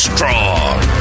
Strong